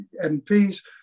MPs